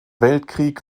weltkrieg